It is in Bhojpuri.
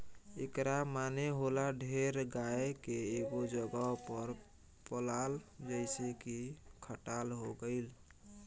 एकरा माने होला ढेर गाय के एगो जगह पर पलाल जइसे की खटाल हो गइल